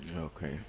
Okay